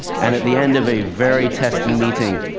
and at the end of a very testy meeting,